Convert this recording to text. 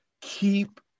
Keep